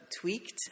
tweaked